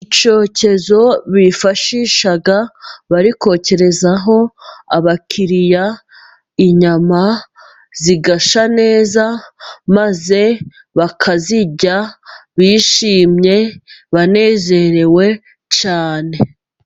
Icyokezo bifashisha barikokerezaho abakiriya inyama zigashya neza maze bakazirya bishimye banezerewe cyane.